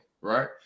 right